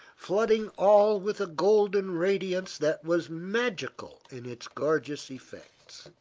flooding all with a golden radiance that was magical in its gorgeous effects.